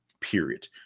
period